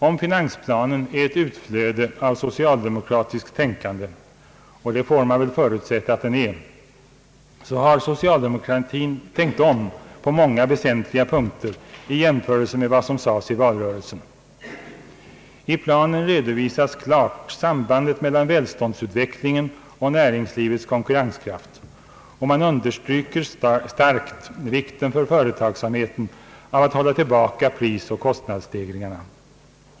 Om finansplanen är ett utflöde av socialdemokratiskt tänkande — och det får man väl förutsätta att den är — så har socialdemokratin tänkt om på många väsentliga punkter i jämförelse med vad som sades i valrörelsen. I planen redovisas klart sambandet mellan välståndsutvecklingen och näringslivets konkurrenskraft, och man understryker starkt vikten för företagsamheten av att hålla tillbaka prisoch kostnadsstegringarna.